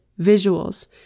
visuals